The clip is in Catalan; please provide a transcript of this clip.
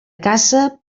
caça